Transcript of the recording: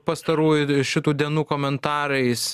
pastarųjų šitų dienų komentarais